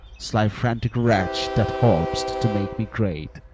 sly frantic wretch, that holp'st to make me great,